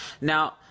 Now